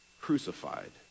crucified